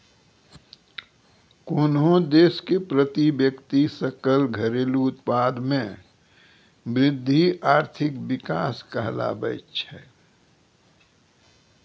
कोन्हो देश के प्रति व्यक्ति सकल घरेलू उत्पाद मे वृद्धि आर्थिक विकास कहलाबै छै